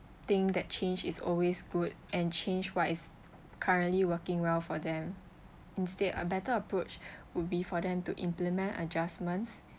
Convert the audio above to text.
think that change is always good and change what is currently working well for them instead a better approach would be for them to implement adjustments